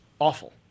Awful